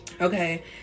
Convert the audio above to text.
Okay